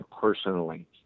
personally